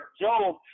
Job